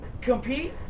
compete